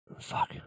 Fuck